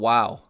Wow